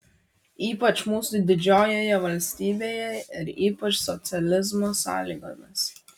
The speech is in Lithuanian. ypač mūsų didžiojoje valstybėje ir ypač socializmo sąlygomis